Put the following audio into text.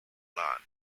land